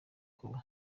kuba